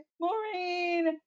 Maureen